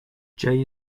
jay